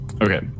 Okay